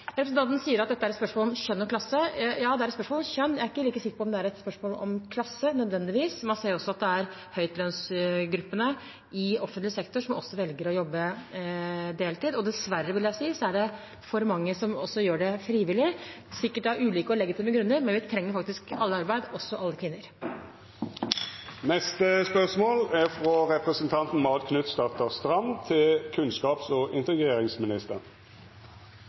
Representanten sier at dette er et spørsmål om kjønn og klasse. Ja, det er et spørsmål om kjønn. Jeg er ikke nødvendigvis like sikker på om det er et spørsmål om klasse. Man ser at også høytlønnsgruppene i offentlig sektor velger å jobbe deltid, og – dessverre, vil jeg si – det er for mange som også gjør det frivillig, sikkert av ulike og legitime grunner. Men vi trenger faktisk alle i arbeid, også alle kvinner. Spørsmålet lyder: ««Elevengasjement […] er